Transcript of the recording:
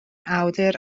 awdur